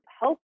help